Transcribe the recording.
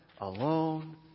alone